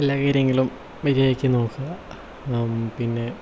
എല്ലാ കാര്യങ്ങളും മര്യാദക്ക് നോക്കുക പിന്നെ